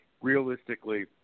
realistically